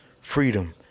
freedom